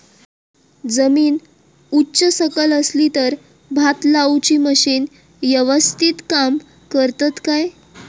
जमीन उच सकल असली तर भात लाऊची मशीना यवस्तीत काम करतत काय?